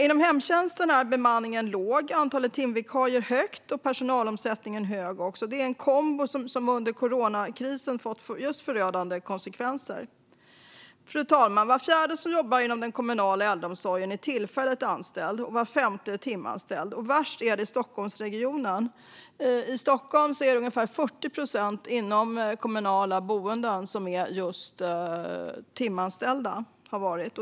Inom hemtjänsten är bemanningen låg, antalet timvikarier högt och personalomsättningen hög. Det är en kombo som under coronakrisen fått förödande konsekvenser. Fru talman! Var fjärde som jobbar inom den kommunala äldreomsorgen är tillfälligt anställd, och var femte är timanställd. Värst är det i Stockholmsregionen. I Stockholm har det varit ungefär 40 procent inom kommunala boenden som är just timanställda.